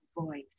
voice